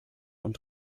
und